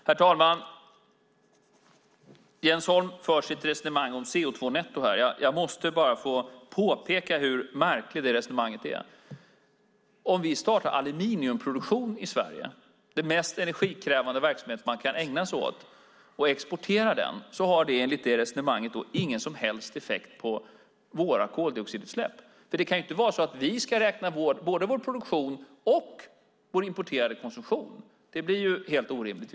Herr talman! Jens Holm för ett resonemang om CO2-netto här. Jag måste få påpeka hur märkligt det resonemanget är. Om vi startar en aluminiumproduktion i Sverige - den mest energikrävande verksamhet man kan ägna sig åt - och sedan exporterar har det enligt det förda resonemanget ingen som helst effekt på våra koldioxidutsläpp. Det kan ju inte vara så att vi ska räkna både vår produktion och vår importerade konsumtion; det blir helt orimligt.